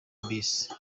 bus